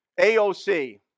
AOC